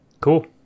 Cool